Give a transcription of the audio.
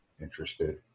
interested